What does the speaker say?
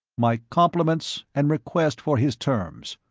my compliments and request for his terms.